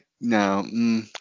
No